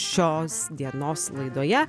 šios dienos laidoje